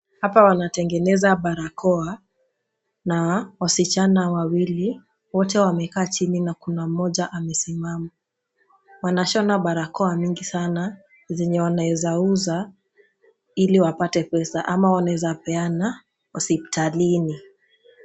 Hapa wanatengeneza barakoa na wasichana wawili. Wote wamekaa chini na Kuna mmoja amesimama. Wanashona barakoa mingi sana zenye wanaweza uza Ili wapate pesa ama wanaweza peane hospitalini.